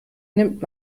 nimmt